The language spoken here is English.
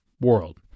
world